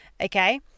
Okay